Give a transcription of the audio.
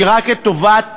כי רק את טובת